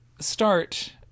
start